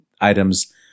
items